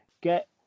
Get